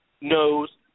knows